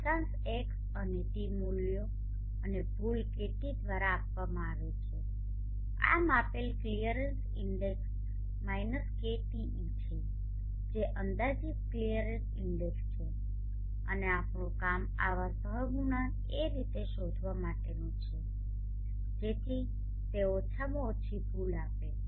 અક્ષાંશ X અને T મૂલ્યો અને ભૂલ KT દ્વારા આપવામાં આવે છે આ માપેલ ક્લિયરનેસ ઇન્ડેક્સ માઈનસ KTe છે જે અંદાજીત ક્લિયરનેસ ઇન્ડેક્સ છે અને આપણું કામ આવા સહગુણાંક એ રીતે શોધવા માટેનુ છે જેથી તે ઓછામાં ઓછી ભૂલ આપે